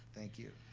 thank you,